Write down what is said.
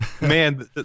Man